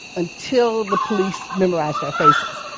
until the police memorized our faces.